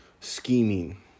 Scheming